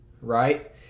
right